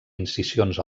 incisions